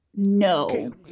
No